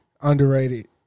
Underrated